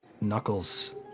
knuckles